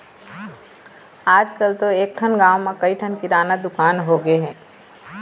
आजकल तो एकठन गाँव म कइ ठन किराना दुकान होगे हे